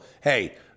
hey